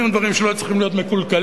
דברים שלא היו צריכים להיות מקולקלים.